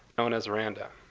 known as randa.